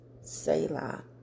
Selah